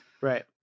Right